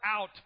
out